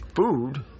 food